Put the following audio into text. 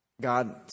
God